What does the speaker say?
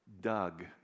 Doug